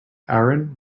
aaron